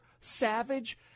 Savage